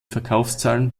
verkaufszahlen